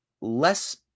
less